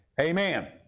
Amen